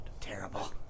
Terrible